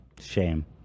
Shame